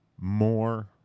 more